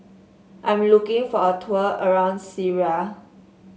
I'm looking for a tour around Syria